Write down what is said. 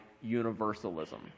universalism